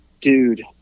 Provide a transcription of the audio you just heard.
dude